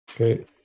Okay